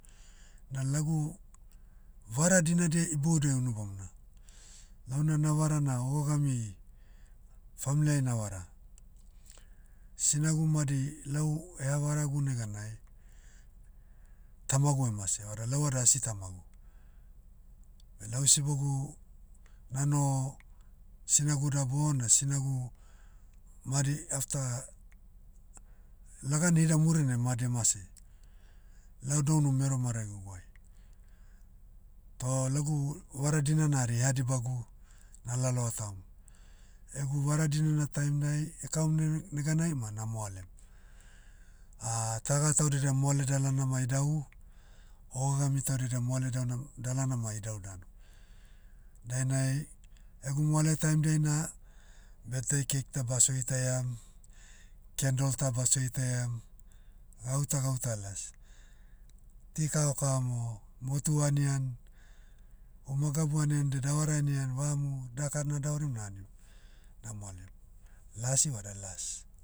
Na lagu, vara dinadia iboudiai unu bamona. Launa navara na ogogami, famli ai navara. Sinagu madi lau eha varagu neganai, tamagu emase. Vada lau vada asi tamagu, belau sibogu, nanoho, sinaguda bona sinagu, madi after, lagan hida murinai madi emase. Lau dounu mero maragiguai. Toh lagu vara dinana hari eha dibagu, nalaloa taom. Egu vara dinana taim'nai, ekaum ne- neganai ma na moalem. taga taudedia moale dalana ma idau, ogogami taudedia moale dana- dalana ma idau dan. Dainai, egu moale taim'diai na, birthday cake ta baso itaiam, candle ta baso itaiam, gauta gauta las. Ti kava kava mo, motu anian, uma gabu aniande davara anian vamu, daka nadavarim na'anim, na moalem. Lasi vada las.